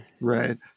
Right